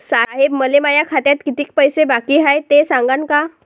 साहेब, मले माया खात्यात कितीक पैसे बाकी हाय, ते सांगान का?